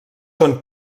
són